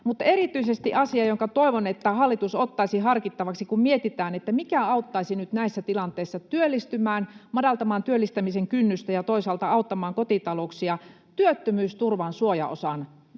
erityisesti asia, jonka osalta toivon, että hallitus ottaisi sen harkittavaksi, kun mietitään, mikä auttaisi nyt näissä tilanteissa työllistymään, madaltamaan työllistämisen kynnystä ja toisaalta auttamaan kotitalouksia, on työttömyysturvan suojaosan nosto.